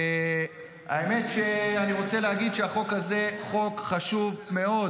האמת שאני רוצה להגיד שהחוק הזה הוא חוק חשוב מאוד.